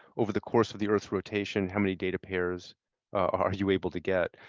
over the course of the earth's rotation, how many data pairs are you able to get?